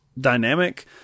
dynamic